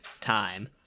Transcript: time